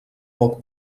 poc